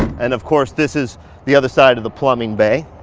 and of course this is the other side of the plumbing bay.